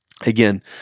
again